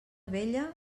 vella